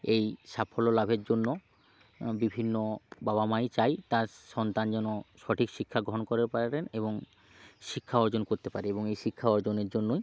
এই সাফল্য লাভের জন্য বিভিন্ন বাবা মাই চায় তার সন্তান যেন সঠিক শিক্ষা গ্রহণ করতে পারেন এবং শিক্ষা অর্জন করতে পারে এবং এই শিক্ষা অর্জনের জন্যই